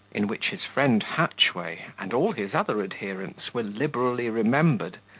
in which his friend hatchway, and all his other adherents, were liberally remembered,